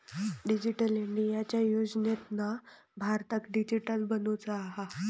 digital इंडियाच्या योजनेतना भारताक डीजिटली बनवुचा हा